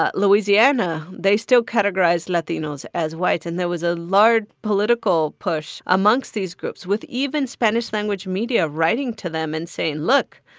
ah louisiana they still categorize latinos as whites. and there was a large political push amongst these groups with even spanish-language media writing to them and saying, look,